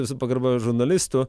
visų pagarba žurnalistų